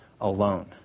alone